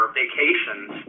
vacations